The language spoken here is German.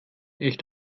echt